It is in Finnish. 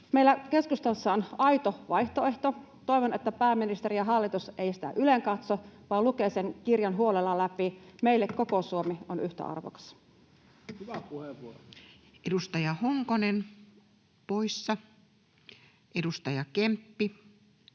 Meillä keskustassa on aito vaihtoehto. Toivon, että pääministeri ja hallitus eivät sitä ylenkatso vaan lukevat sen kirjan huolella läpi. Meille koko Suomi on yhtä arvokas. Edustaja Honkonen poissa, edustaja Kemppi